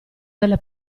delle